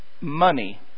money